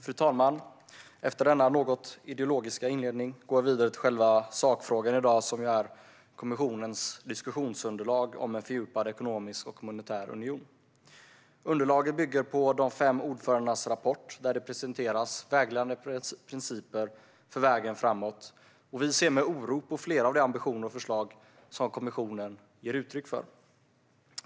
Fru talman! Efter denna något ideologiska inledning går jag vidare till själva sakfrågan i dag: kommissionens diskussionsunderlag om en fördjupad ekonomisk och monetär union. Underlaget bygger på de fem ordförandenas rapport, där det presenteras vägledande principer för vägen framåt. Vi ser med oro på flera av de ambitioner och förslag som kommissionen ger uttryck för.